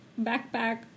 backpack